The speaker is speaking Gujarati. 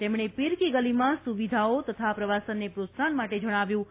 તેમણે પીર કી ગલીમાં સુવિધાઓ તથા પ્રવાસનને યોત્સાહન માટે જજ્ઞાવ્યું હતું